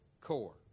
core